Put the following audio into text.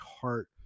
heart